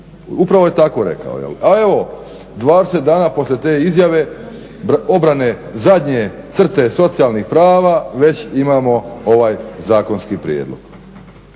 Upravo je tako rekao jel'. A evo, 20 dana poslije te izjave obrane zadnje crte socijalnih prava već imamo ovaj zakonski prijedlog.